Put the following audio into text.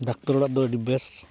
doctor ᱚᱲᱟᱜ ᱫᱚ ᱟᱹᱰᱤ ᱵᱮᱥ